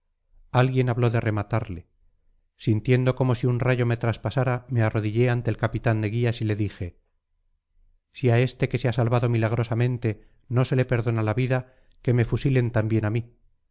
alguien habló de rematarle sintiendo como si un rayo me traspasara me arrodillé ante el capitán de guías y le dije si a este que se ha salvado milagrosamente no se le perdona la vida que me fusilen también a mí